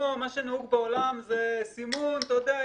שנהוג בעולם זה סימון שאתה יודע,